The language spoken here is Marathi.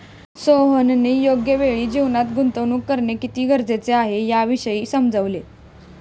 सोहनने योग्य वेळी जीवनात गुंतवणूक करणे किती गरजेचे आहे, याविषयी समजवले